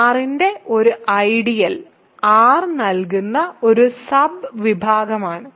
R ന്റെ ഒരു "ideal" R നൽകുന്ന ഒരു സബ്വിഭാഗമാണ്